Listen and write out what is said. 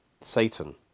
Satan